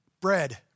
Bread